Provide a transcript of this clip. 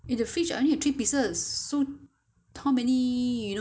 how many you know maybe you need to go supermarket buy